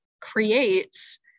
creates